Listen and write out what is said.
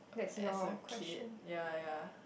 as a kid ya ya